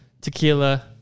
tequila